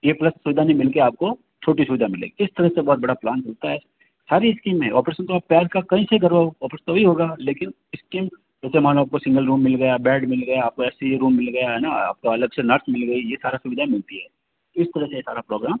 ए plus सुविधा नहीं मिल के आप को छोटी सुविधा मिलेगी इस तरह से बहुत बड़ा प्लान होता है सारी स्कीमें ऑपरेशन तो आप पैर का कहीं से करवाओ ऑपरेशन तो वहीं होगा लेकिन स्कीम देखो मानों आप को सिंगल रूम मिल गया बेड मिल गया आप को ए सी रूम मिल गया है न आप को अलग से नर्स मिल गई ये सारी सुविधाएँ मिलती हैं इस तरह से ये सारा प्रोग्राम